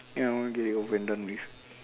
ya I wanna get it over and done with